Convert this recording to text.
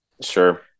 Sure